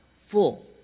full